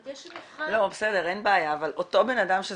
יש מבחן -- לא,